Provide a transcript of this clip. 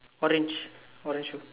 orange orange